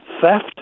theft